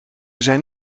zijn